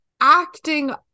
acting